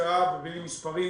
בקצרה ובלי מספרים,